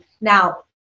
Now